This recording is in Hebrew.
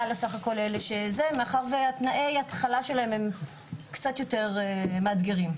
מאחר ותנאי ההתחלה שלהם הם קצת יותר מאתגרים.